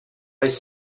ice